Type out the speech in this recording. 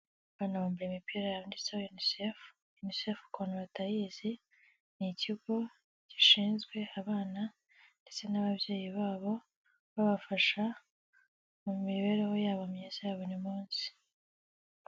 Abana bambaye imipira yanditseho UNICEF. UNICEF ku bantu batayizi, ni ikigo gishinzwe abana ndetse n'ababyeyi babo, babafasha mu mibereho yabo myiza ya buri munsi.